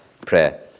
prayer